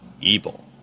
Evil